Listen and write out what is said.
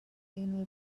unrhyw